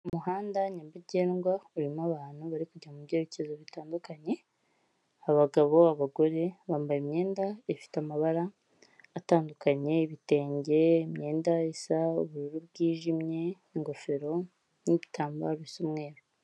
Umuhanda nyabagendwa urimo abantu bari kujya mu byerekezo bitandukanye abagabo, abagore. Bambaye imyenda ifite amabara atandukanye ibitenge, imyenda isa ubururu bwijimye, ingofero n'ibitambaro bisa umweru.